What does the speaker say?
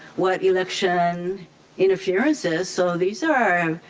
what election interference is, so these are